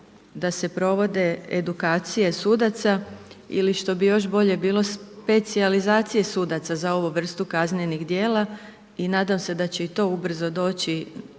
da se provode edukacije sudaca ili što bi još bolje bilo, specijalizacije sudaca za ovu vrstu kaznenih djela i nadam se da će i to ubrzo doći